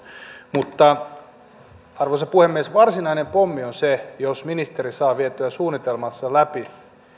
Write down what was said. mutta arvoisa puhemies varsinainen pommi on se jos ministeri saa vietyä suunnitelmansa läpi